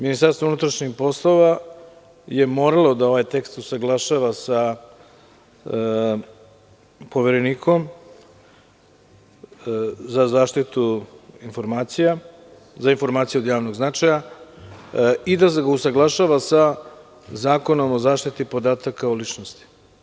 Ministarstvo unutrašnjih poslova je moralo ovaj tekst da usaglašava sa Poverenikom za zaštitu informacija od javnog značaja i da usaglašava sa Zakonom o zaštiti podataka o ličnosti.